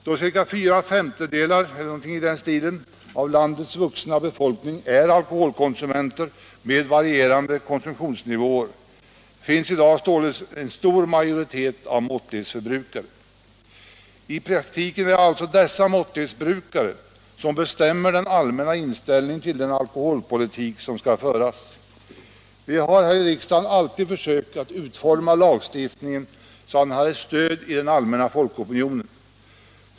Då ca fyra femtedelar av landets vuxna befolkning är alkoholkonsumenter med varierande konsumtionsnivåer finns i dag således en stor majoritet av måttlighetsbrukare. I praktiken är det alltså dessa måttlighetsbrukare som bestämmer den allmänna inställningen till den alkoholpolitik som skall föras. Vi har här i riksdagen alltid försökt att utforma lagstiftningen så att den har ett stöd i den allmänna folkopinionen.